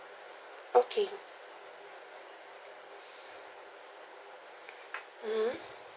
okay mmhmm